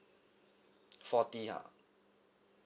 forty ha